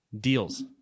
Deals